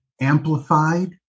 amplified